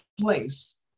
place